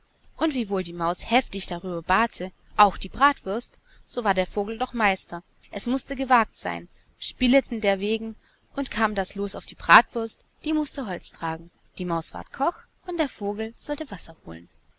und wie wohl die maus heftig dafür bate auch die bratwurst so war der vogel doch meister es mußte gewagt seyn spieleten derowegen und kam das loos auf die bratwurst die mußte holz tragen die maus ward koch und der vogel sollte wasser holen